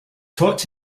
taught